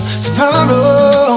tomorrow